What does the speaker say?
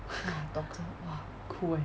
cool eh